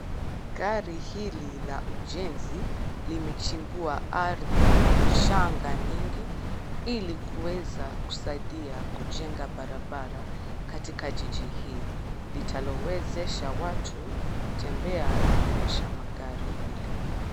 Gari hili la ujenzi limechimbua ardhi na mchanga nyingi ili kuweza kusaidia kujenga barabara katika jiji hii litalowezesha watu kutembea na kuendesha magari ilivyo.